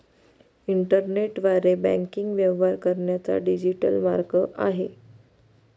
इंटरनेटद्वारे बँकिंग व्यवहार करण्याचा डिजिटल मार्ग आहे